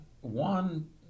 One